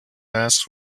masks